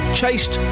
chased